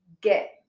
get